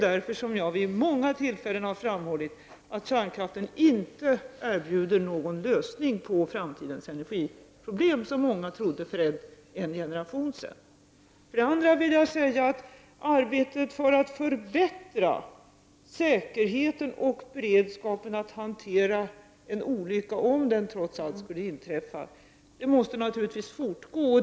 Därför har jag vid många tillfällen framhållit att kärnkraften inte erbjuder någon lösning på framtidens energiproblem, som många trodde för en generation sedan. Arbetet med att förbättra säkerheten och beredskapen för att hantera en olycka, om den trots allt skulle inträffa, måste naturligtvis fortgå.